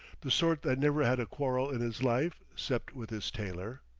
the sort that never had a quarrel in his life, cept with his tailor.